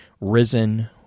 Risen